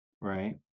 right